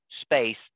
space